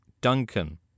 Duncan